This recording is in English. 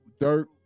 Dirt